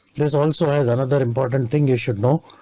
this also has another important thing you should know.